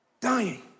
dying